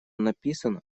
написан